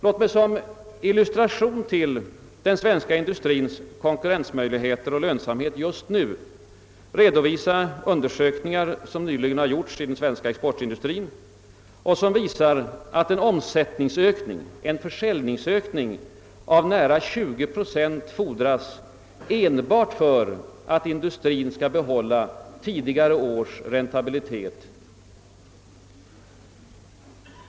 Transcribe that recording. Låt mig som illustration till den svens ka industriens konkurrensmöjligheter och lönsamhet just nu redovisa undersökningar, som nyligen gjorts i en svensk exportindustri och som visar att en omsättningsökning, en försäljningsökning, av nära 20 procent fordras enbart för att industrien skall kunna behålla tidigare års räntabilitet.